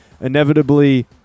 inevitably